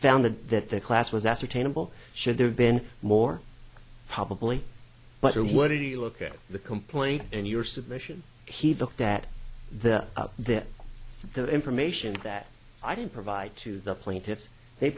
found that that the class was ascertainable should there have been more probably but what do you look at the complaint in your submission he looked at the there the information that i didn't provide to the plaintiffs they